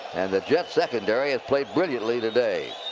and the jets secondary has played brilliantly today.